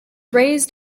raised